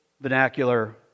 vernacular